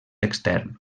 extern